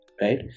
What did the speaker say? right